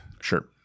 Sure